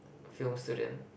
film student